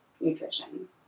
nutrition